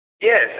Yes